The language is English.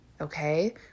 Okay